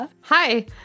Hi